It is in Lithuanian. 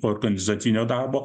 organizacinio darbo